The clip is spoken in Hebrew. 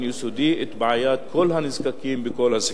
יסודי את בעיית כל הנזקקים בכל הסקטורים.